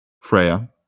Freya